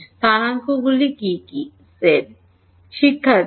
স্থানাঙ্কগুলি কী কী